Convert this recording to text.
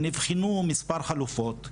נבחנו מספר חלופות.